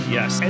Yes